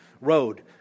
road